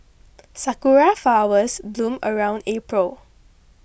sakura flowers bloom around April